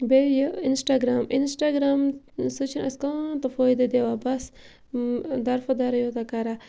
بیٚیہِ یہِ Instagram Instagram سُہ چھُنہٕ اَسہِ کانٛہہ تہٕ فٲیدٕ دِوان بَس دَرفہٕ دَرٕے یوتاہ کَران